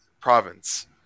province